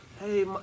Hey